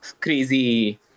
crazy